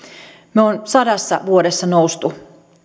me olemme sadassa vuodessa nousseet